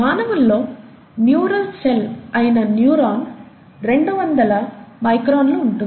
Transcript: మానవుల్లో neural cell అయిన neuron రెండు వందల మైక్రాన్లు ఉంటుంది